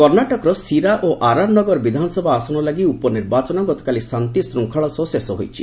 କର୍ଷ୍ଣାଟକର ସିରା ଓ ଅର୍ଆର୍ ନଗର ବିଧାନସଭା ଆସନ ଲାଗି ଉପନିର୍ବାଚନ ଗତକାଲି ଶାନ୍ତିଶୃଙ୍ଖଳାର ସହ ଶେଷ ହୋଇଛି